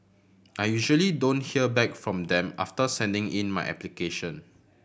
I usually don't hear back from them after sending in my application